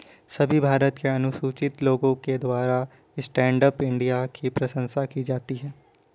सभी भारत के अनुसूचित लोगों के द्वारा स्टैण्ड अप इंडिया की प्रशंसा की जाती है